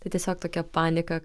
tai tiesiog tokia panika